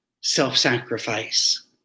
self-sacrifice